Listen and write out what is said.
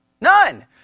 None